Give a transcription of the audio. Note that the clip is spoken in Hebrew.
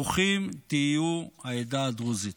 ברוכים תהיו, העדה הדרוזית.